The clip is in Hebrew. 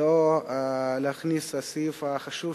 לא להכניס את הסעיף החשוב,